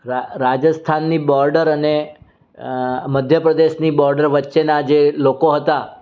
રાજસ્થાનની બોર્ડર અને મધ્ય પ્રદેશની બોર્ડર વચ્ચેનાં જે લોકો હતા